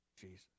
Jesus